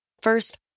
First